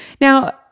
Now